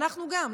אנחנו גם,